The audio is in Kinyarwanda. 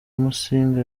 musinga